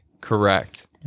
Correct